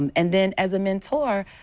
um and then as a mentor,